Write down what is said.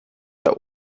der